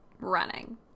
running